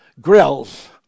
grills